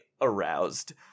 aroused